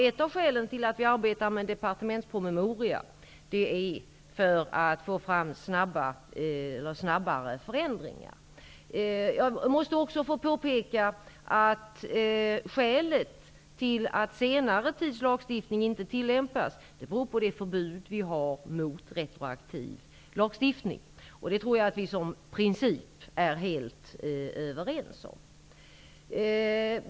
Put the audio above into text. Ett av skälen till att vi arbetar på en departementspromemoria är att vi vill åstadkomma snabbare förändringar. Jag vill också påpeka att skälet till att senare tids lagstiftning inte tillämpas är förbudet mot retroaktiv lagstiftning. Det förbudet tror jag att vi principiellt är helt överens om.